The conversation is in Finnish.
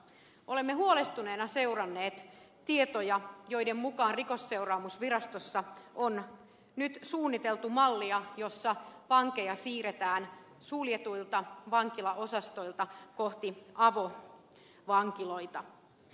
olemme huolestuneina seuranneet tietoja joiden mukaan rikosseuraamusvirastossa on nyt suunniteltu mallia jossa vankeja siirretään suljetuilta vankilaosastoilta kohti avovankiloita